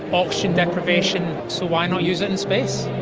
oxygen deprivation, so why not use it in space?